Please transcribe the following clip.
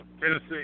Tennessee